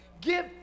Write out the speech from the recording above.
give